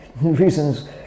reasons